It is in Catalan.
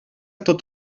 tot